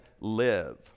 live